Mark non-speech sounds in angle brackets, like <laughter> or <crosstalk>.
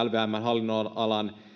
<unintelligible> lvmn hallinnonalan